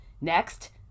Next